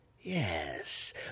Yes